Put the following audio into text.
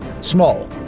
small